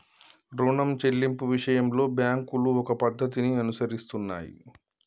రుణం చెల్లింపు విషయంలో బ్యాంకులు ఒక పద్ధతిని అనుసరిస్తున్నాయి